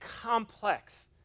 complex